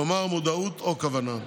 כלומר מודעות או כוונה.